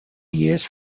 years